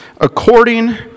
according